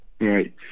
Right